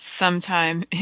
sometime